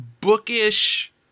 bookish